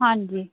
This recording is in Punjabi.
ਹਾਂਜੀ